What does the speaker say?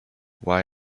why